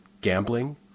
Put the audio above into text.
gambling